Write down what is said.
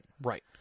Right